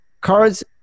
Cards